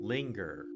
Linger